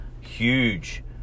huge